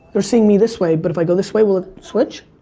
they're seeing me this way but if i go this way will it switch?